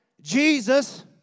Jesus